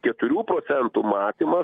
keturių procentų matymas